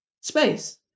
space